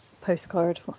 postcard